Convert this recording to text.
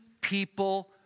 people